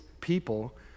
people